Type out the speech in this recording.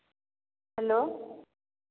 hello